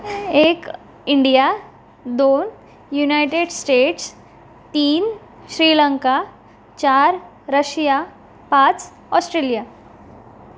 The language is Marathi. एक इंडिया दोन युनायटेड स्टेट्स तीन श्रीलंका चार रशिया पाच ऑस्ट्रेलिया